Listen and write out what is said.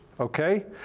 okay